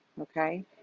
Okay